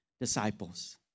disciples